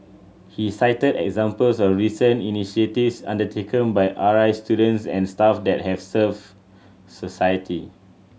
he cited examples of recent initiatives undertaken by R I students and staff that have served society